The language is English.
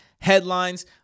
headlines